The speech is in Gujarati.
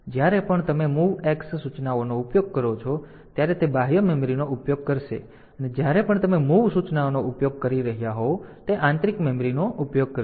તેથી જ્યારે પણ તમે MOVX સૂચનાઓનો ઉપયોગ કરો છો ત્યારે તે બાહ્ય મેમરીનો ઉપયોગ કરશે અને જ્યારે પણ તમે MOV સૂચનાનો ઉપયોગ કરી રહ્યાં હોવ તો તે આંતરિક મેમરીનો ઉપયોગ કરશે